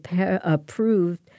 approved